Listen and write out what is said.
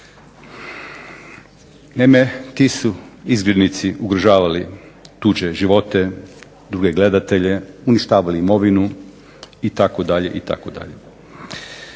Naime ti su izgrednici ugrožavali tuđe živote, druge gledatelje, uništavali imovinu, itd.,